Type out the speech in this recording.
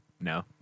No